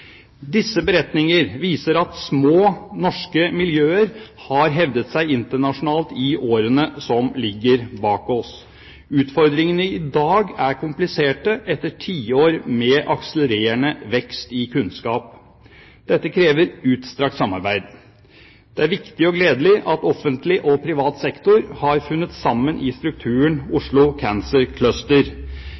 Disse beretningene viser at små norske miljøer har hevdet seg internasjonalt i årene som ligger bak oss. Utfordringene i dag er kompliserte etter tiår med akselererende vekst i kunnskap. Dette krever utstrakt samarbeid. Det er viktig og gledelig at offentlig og privat sektor har funnet sammen i strukturen Oslo Cancer Cluster.